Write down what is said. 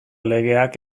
legeak